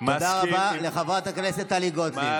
תודה רבה לחברת הכנסת טלי גוטליב.